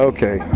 Okay